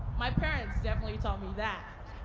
my parents definitely taught me that.